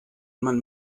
man